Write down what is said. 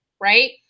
Right